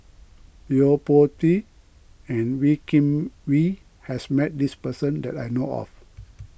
Yo Po Tee and Wee Kim Wee has met this person that I know of